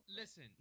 Listen